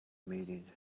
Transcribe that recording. meeting